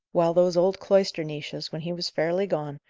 while those old cloister-niches, when he was fairly gone,